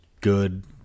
good